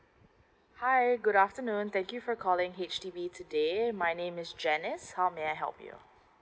hi good afternoon thank you for calling H_D_B today my name is janice how may I help you